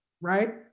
right